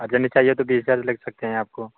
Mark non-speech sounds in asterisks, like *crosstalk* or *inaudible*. *unintelligible* चाहिए तो बीस हज़ार भी लग सकते हैं आपको